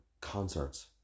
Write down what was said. concerts